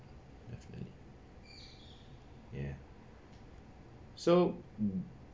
ya so mm